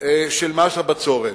מס הבצורת.